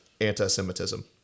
anti-Semitism